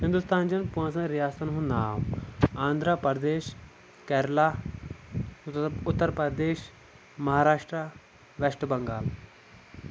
ہندوستان چٮ۪ن پانٛژن ریاستن ہنٛد ناو آنٛدراپردیش کیرلہ اُترپریش مہراشٹرا وٮ۪شٹہٕ بنٛگال